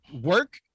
work